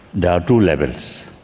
there are two levels.